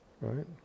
Right